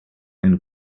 and